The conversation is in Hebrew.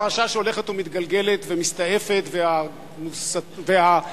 פרשה שהולכת מתגלגלת ומסתעפת והגלוי